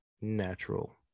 natural